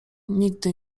nigdy